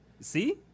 See